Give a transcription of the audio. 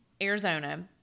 Arizona